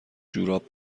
جوراب